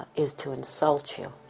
is to insult you,